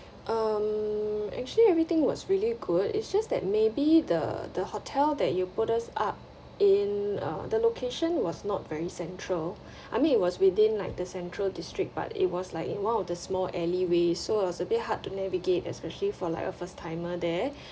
um actually everything was really good it's just that maybe the the hotel that you put us up in uh the location was not very central I mean it was within like the central district but it was like in one of the small alleyway so was a bit hard to navigate especially for like a first timer there